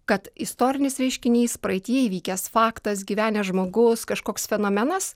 kad istorinis reiškinys praeityje įvykęs faktas gyvenęs žmogus kažkoks fenomenas